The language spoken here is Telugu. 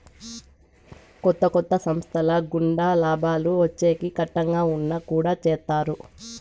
కొత్త కొత్త సంస్థల గుండా లాభాలు వచ్చేకి కట్టంగా ఉన్నా కుడా చేత్తారు